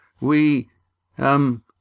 We—um—